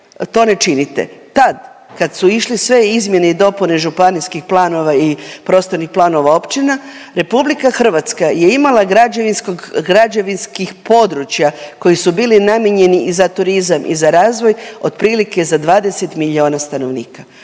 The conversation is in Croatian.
to ne činite. Tad kad su išle sve izmjene i dopune županijskih planova i prostornih planova općina RH je imala građevinskih područja koji su bili namijenjeni za turizam i za razvoj otprilike za 20 miljona stanovnika.